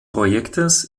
projektes